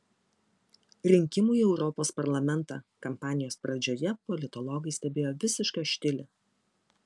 rinkimų į europos parlamentą kampanijos pradžioje politologai stebėjo visišką štilį